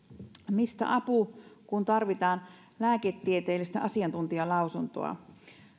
mistä apu kun tarvitaan lääketieteellistä asiantuntijalausuntoa